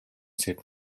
сайд